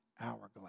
hourglass